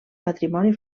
patrimoni